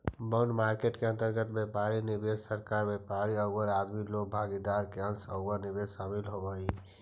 bond market के अंतर्गत व्यापारिक निवेशक, सरकार, व्यापारी औउर आदमी लोग भागीदार के अंश औउर निवेश शामिल होवऽ हई